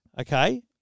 Okay